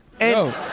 No